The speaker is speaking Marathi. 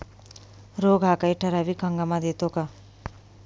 रोग हा काही ठराविक हंगामात येतो का?